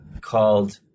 called